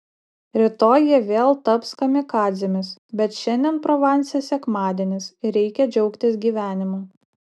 rytoj jie vėl taps kamikadzėmis bet šiandien provanse sekmadienis ir reikia džiaugtis gyvenimu